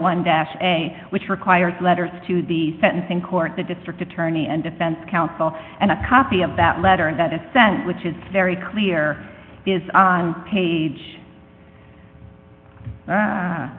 one dash day which requires letters to the sentencing court the district attorney and defense counsel and a copy of that letter and that is sent which is very clear is page